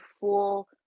full